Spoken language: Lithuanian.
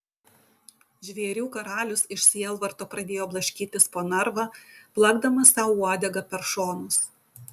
žvėrių karalius iš sielvarto pradėjo blaškytis po narvą plakdamas sau uodega per šonus